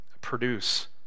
produce